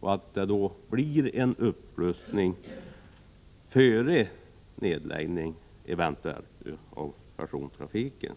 Det är angeläget att det blir en upprustning, innan man eventuellt beslutar sig för nedläggning av persontrafiken.